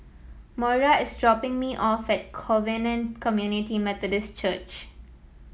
Moira is dropping me off at Covenant Community Methodist Church